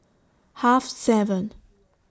Half seven